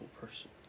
person